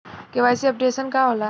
KYC updation का होला?